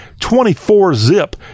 24-zip